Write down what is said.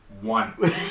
One